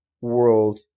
world